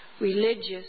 religious